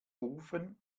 ofen